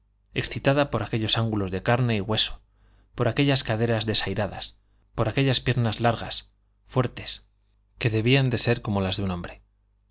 excitada por aquellos ángulos de carne y hueso por aquellas caderas desairadas por aquellas piernas largas fuertes que debían de ser como las de un hombre